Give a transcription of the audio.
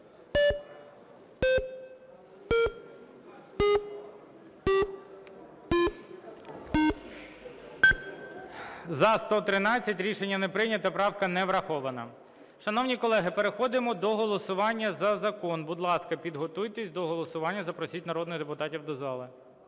За-113 Рішення не прийнято. Правка не врахована. Шановні колеги, переходимо до голосування за закон. Будь ласка, підготуйтесь до голосування. Запросіть народних депутатів до зали.